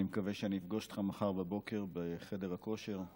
אני מקווה שאני אפגוש אותך מחר בבוקר בחדר הכושר,